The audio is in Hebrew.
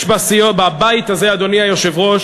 יש בבית הזה, אדוני היושב-ראש,